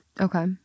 Okay